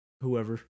whoever